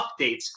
updates